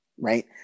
right